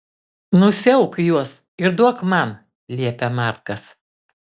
nusiauk juos ir duok man liepia markas